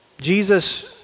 Jesus